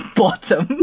bottom